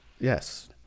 Yes